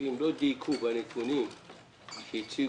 התקציבים לא דייקו בנתונים שהם הציגו,